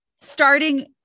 Starting